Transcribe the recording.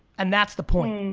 and that's the point,